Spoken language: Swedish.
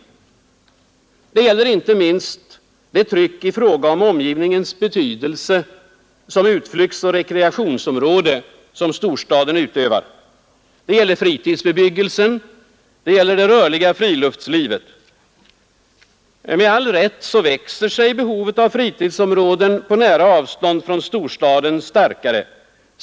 Det gäller inte minst det tryck i fråga om omgivningens betydelse som utflyktsoch rekreationsområden som storstaden utövar. Det gäller fritidsbebyggelsen, det gäller det rörliga friluftslivet. Med all rätt växer sig behovet av fritidsområden på nära avstånd från storstaden starkare.